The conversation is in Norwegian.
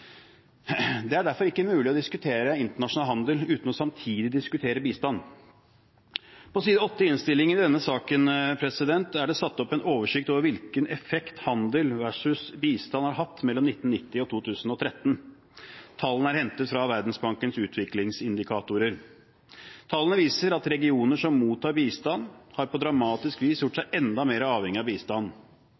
Det er derfor ikke mulig å diskutere internasjonal handel uten samtidig å diskutere bistand. På side 8 i innstillingen til denne saken er det satt opp en oversikt over hvilken effekt handel har hatt versus hvilken effekt bistand har hatt mellom 1990 og 2013. Tallene er hentet fra Verdensbankens utviklingsindikatorer. Tallene viser at regioner som mottar bistand, på dramatisk vis har gjort seg enda mer avhengige av bistand.